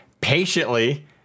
patiently